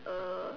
a